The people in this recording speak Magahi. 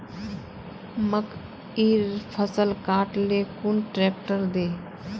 मकईर फसल काट ले कुन ट्रेक्टर दे?